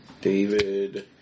David